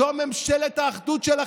זו לא ממשלת אחדות,